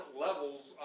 levels